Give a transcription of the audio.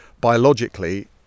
biologically